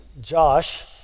josh